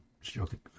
joking